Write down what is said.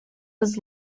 was